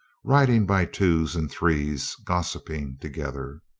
riding by twos and threes, gossiping together.